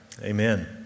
Amen